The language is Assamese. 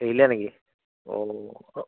এৰিলা নেকি অ'